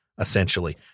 essentially